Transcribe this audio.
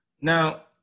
now